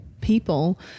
people